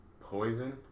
poison